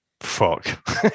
fuck